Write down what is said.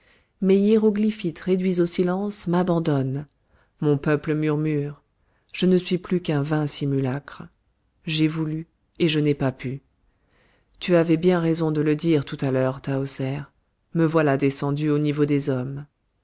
mes hiéroglyphites réduits au silence m'abandonnent mon peuple murmure je ne suis plus qu'un vain simulacre j'ai voulu et je n'ai pas pu tu avais bien raison de le dire tout à l'heure tahoser me voilà descendu au niveau des hommes